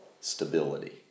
Stability